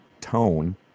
tone